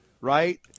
right